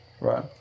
Right